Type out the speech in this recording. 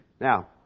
Now